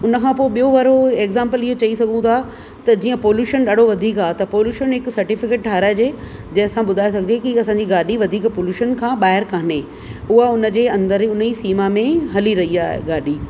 उन खां पोइ ॿियों वारो एग्ज़ाम्पल इहो चई सघूं था त जीअं पॉल्यूशन ॾाढो वधीक आहे त पॉल्यूशन हिकु सर्टिफिकेट ठाहिराइजे जंहिं सां ॿुधाए सघिजे की असांजी गाॾी वधीक पॉल्यूशन खां ॿाहिरि कोन्हे उहा हुन जे अंदरि ई उन ई सीमा में हली रही आहे गाॾी